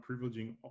privileging